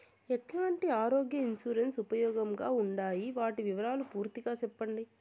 ఎట్లాంటి ఆరోగ్య ఇన్సూరెన్సు ఉపయోగం గా ఉండాయి వాటి వివరాలు పూర్తిగా సెప్పండి?